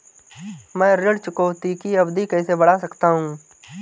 मैं ऋण चुकौती की अवधि कैसे बढ़ा सकता हूं?